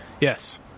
Yes